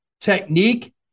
technique